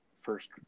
first